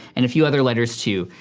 and a few other letters too.